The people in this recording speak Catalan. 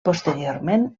posteriorment